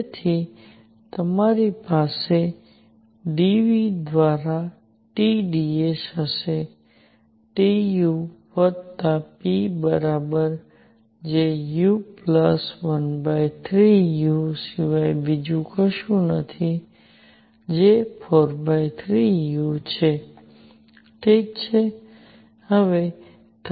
તેથી તમારી પાસે d V દ્વારા T dS હશે T U વત્તા p બરાબર છે જે U પ્લસ 13 U સિવાય બીજું કશું નથી જે 43 U છે ઠીક છે